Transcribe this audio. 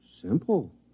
Simple